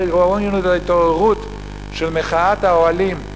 ראינו את ההתעוררות של מחאת האוהלים,